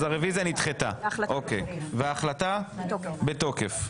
אם כן, הרוויזיה נדחתה וההחלטה בתוקף.